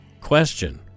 Question